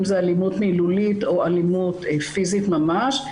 אם זה אלימות מילולית או אלימות פיזית ממש.